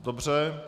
Dobře.